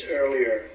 earlier